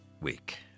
week